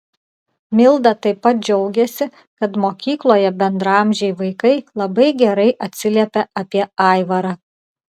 milda taip pat džiaugiasi kad mokykloje bendraamžiai vaikai labai gerai atsiliepia apie aivarą